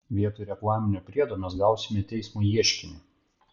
vietoj reklaminio priedo mes gausime teismo ieškinį